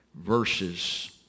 verses